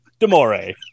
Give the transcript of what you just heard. DeMore